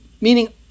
meaning